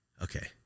Okay